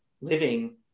living